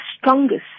strongest